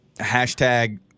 hashtag